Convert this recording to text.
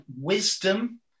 wisdom